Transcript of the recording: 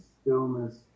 stillness